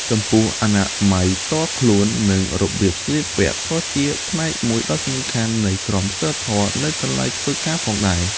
ចំពោះអនាម័យផ្ទាល់ខ្លួន និងរបៀបស្លៀកពាក់ ក៏ជាផ្នែកមួយដ៏សំខាន់នៃក្រមសីលធម៌នៅកន្លែងធ្វើការផងដែរ។